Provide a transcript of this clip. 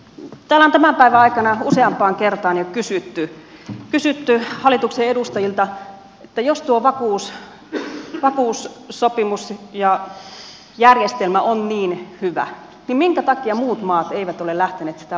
täällä on tämän päivän aikana jo useampaan kertaan kysytty hallituksen edustajilta sitä että jos tuo vakuussopimus ja järjestelmä on niin hyvä minkä takia muut maat eivät ole lähteneet niitä vaatimaan itselleen